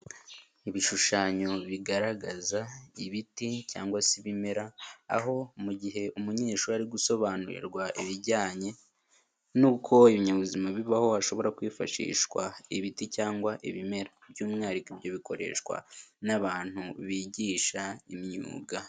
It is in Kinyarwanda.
Ibishushanyo bigaragaza ibiti cyangwa se ibimera, aho mu gihe umunyeshuri ari gusobanurirwa ibijyanye nuko ibinyabuzima bibaho ashobora kwifashishwa ibiti cyangwa ibimera, by'umwihariko ibyo bikoreshwa n'abantu bigisha imyuga.